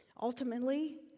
Ultimately